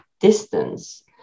distance